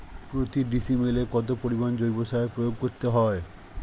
প্রতি ডিসিমেলে কত পরিমাণ জৈব সার প্রয়োগ করতে হয়?